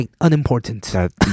unimportant